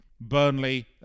burnley